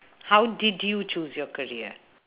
how did you choose your career